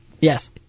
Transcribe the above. Yes